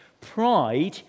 pride